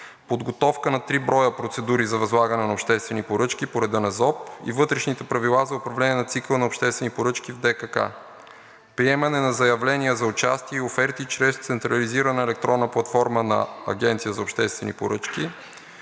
подготовка на три броя процедури за възлагане на обществени поръчки по реда на ЗОП и Вътрешните правила за управление на цикъла на обществени поръчки в ДКК; приемане на заявления за участия и оферти чрез Централизирана електронна платформа на Агенцията за обществени поръчки;